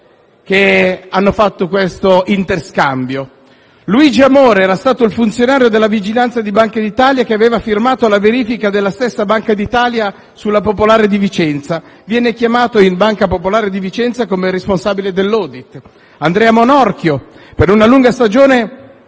che hanno fanno questo interscambio: Luigi Amore, che era stato il funzionario della vigilanza di Banca d'Italia e aveva firmato la verifica sulla Banca popolare di Vicenza, venne chiamato in Banca popolare di Vicenza come responsabile dell'*audit*; Andrea Monorchio, che per una lunga stagione